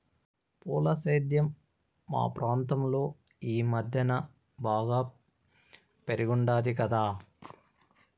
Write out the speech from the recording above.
పూల సేద్యం మా ప్రాంతంలో ఈ మద్దెన బాగా పెరిగుండాది కదా